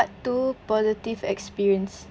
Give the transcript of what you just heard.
~art two positive experience